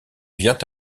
vient